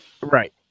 Right